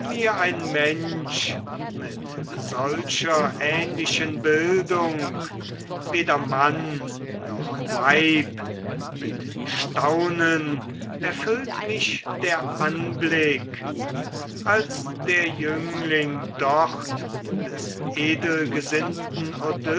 ein mensch mit solcher ähnlichen bildung weder mann noch weib mit staunen erfüllt mich der anblick als der jüngling dort des